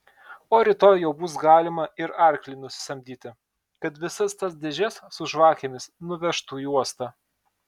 o rytoj jau bus galima ir arklį nusisamdyti kad visas tas dėžes su žvakėmis nuvežtų į uostą